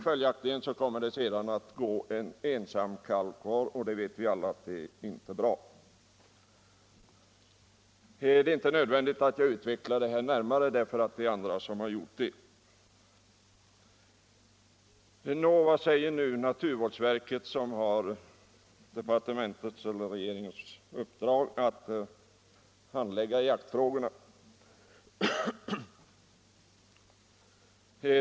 Följaktligen kommer det att finnas en ensam kalv kvar, och det är som alla vet inte bra. Men det är inte nödvändigt att jag utvecklar detta ämne närmare; det har andra talare redan gjort. Vad säger då naturvårdsverket, som har regeringens uppdrag att handlägga jaktfrågorna?